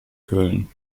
köln